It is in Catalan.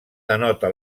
denota